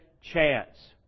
chance